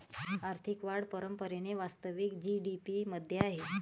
आर्थिक वाढ परंपरेने वास्तविक जी.डी.पी मध्ये आहे